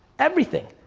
everything.